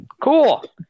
Cool